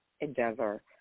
endeavor